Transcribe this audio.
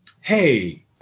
hey